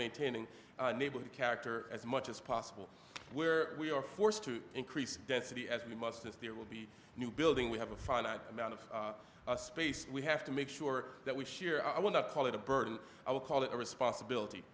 maintaining neighborhood character as much as possible where we are forced to increase density as we must as there will be new building we have a finite amount of space we have to make sure that we share i would not call it a burden i would call it a responsibility